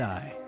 Die